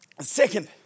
Second